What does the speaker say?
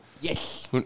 Yes